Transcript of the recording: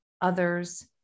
others